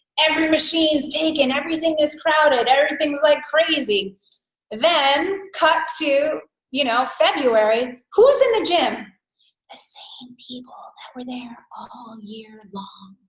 every machines taken everything is crowded everything's like crazy then cut to you know february who's in the gym ah same people that were there all year long,